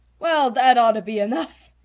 well, that ought to be enough,